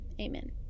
amen